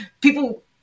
People